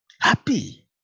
Happy